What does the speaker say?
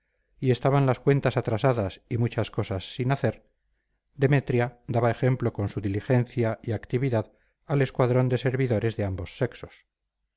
y estaban las cuentas atrasadas y muchas cosas sin hacer demetria daba ejemplo con su diligencia y actividad al escuadrón de servidores de ambos sexos